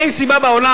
אין סיבה בעולם.